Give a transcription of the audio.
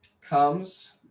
comes